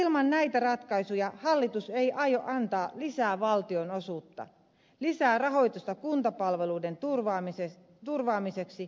ilman näitä ratkaisuja hallitus ei aio antaa lisää valtionosuutta lisää rahoitusta kuntapalveluiden turvaamiseksi